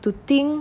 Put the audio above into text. the thing